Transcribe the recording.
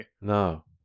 No